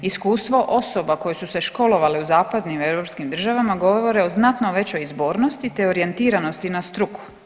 Iskustvo osoba koje su se školovale u zapadnim europskim državama govore o znatno većoj izbornosti te orijentiranosti na struku.